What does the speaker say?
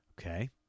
Okay